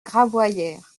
gravoyère